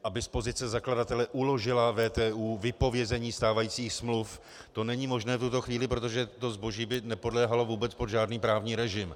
Aby z pozice zakladatele uložila VTÚ vypovězení stávajících smluv to není možné v tuto chvíli, protože to zboží by nepodléhalo vůbec pod žádný právní režim.